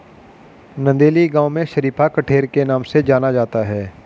नंदेली गांव में शरीफा कठेर के नाम से जाना जाता है